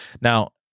Now